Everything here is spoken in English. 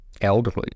elderly